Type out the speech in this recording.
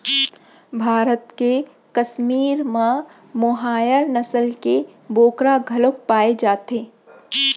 भारत के कस्मीर म मोहायर नसल के बोकरा घलोक पाए जाथे